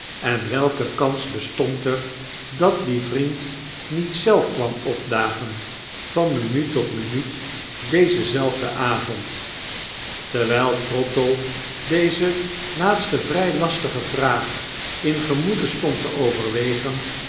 en welke kans bestond er dat die vriend niet zelf kwam opdagen van minuut tot minuut dezen zelfden avond terwijl trottle deze laatste vrij lastige vraag in gemoede stond te overwegen